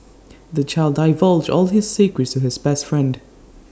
the child divulged all his secrets his best friend